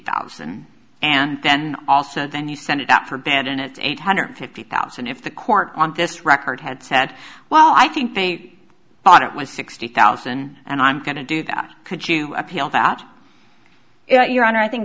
thousand and then also then you set it up for band and it's eight hundred fifty thousand if the court on this record had said well i think they thought it was sixty thousand and i'm going to do that could you appeal for out your honor i think